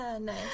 Nice